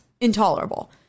intolerable